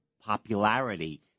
popularity